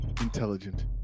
intelligent